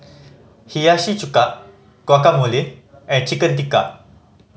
Hiyashi Chuka Guacamole and Chicken Tikka